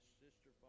sister